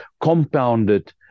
compounded